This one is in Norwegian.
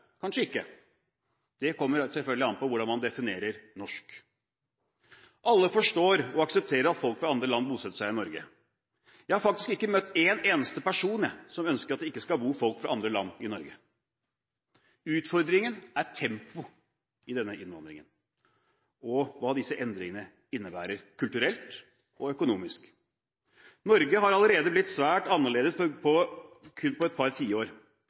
Kanskje, kanskje ikke – det kommer selvfølgelig an på hvordan man definerer «norsk». Alle forstår og aksepterer at folk fra andre land bosetter seg i Norge. Jeg har faktisk ikke møtt én eneste person som ønsker at det ikke skal bo folk fra andre land i Norge. Utfordringen er tempoet i denne innvandringen og hva disse endringene innebærer, kulturelt og økonomisk. Norge har allerede blitt svært annerledes kun på et par tiår.